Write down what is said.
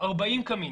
40 קמינים.